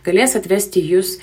galės atvesti jus